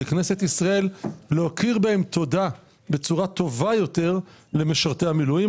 ככנסת ישראל להוקיר בהם תודה בצורה טובה יותר למשרתי המילואים.